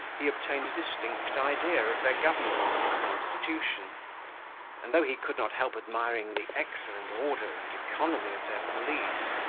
he obtained a distinct idea of their government and constitution and though he could not help admiring the excellent order and economy of their police,